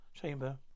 chamber